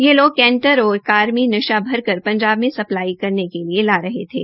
ये लोग कैंटर और कार मे नशा भरकर पंजाब में सप्लाई करने के लिए ला रहे थे